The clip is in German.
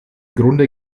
grunde